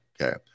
Okay